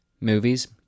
Movies